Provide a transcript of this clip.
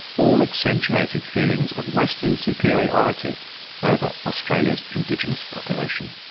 all accentuated feelings of western superiority over australia's indigenous population.